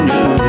New